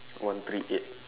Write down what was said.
one three eight